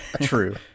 True